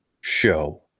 show